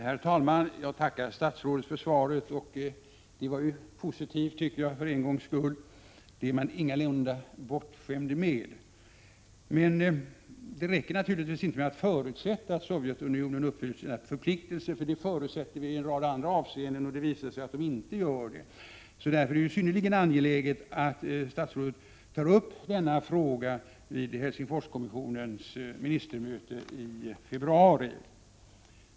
Herr talman! Jag tackar statsrådet för svaret. Svaret var positivt, tycker jag, för en gångs skull, vilket man ingalunda är bortskämd med. Det räcker naturligtvis inte med att förutsätta att Sovjetunionen uppfyller sina förpliktelser. Vi förutsätter ju i en rad andra avseenden att Sovjet skall uppfylla sina förpliktelser, men det visar sig att Sovjet inte gör det. Därför är det synnerligen angeläget att statsrådet tar upp denna fråga vid Helsingforskommissionens ministermöte i februari.